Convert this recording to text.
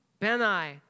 Benai